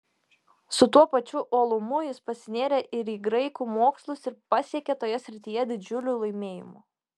su tuo pačiu uolumu jis pasinėrė ir į graikų mokslus ir pasiekė toje srityje didžiulių laimėjimų